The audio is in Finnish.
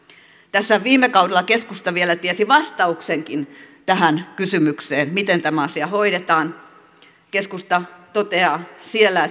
tässä viime kaudella keskusta vielä tiesi vastauksenkin tähän kysymykseen miten tämä asia hoidetaan keskusta toteaa siellä